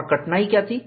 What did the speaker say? और कठिनाई क्या थी